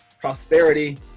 prosperity